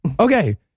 Okay